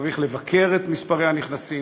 צריך לבקר את מספר הנכנסים,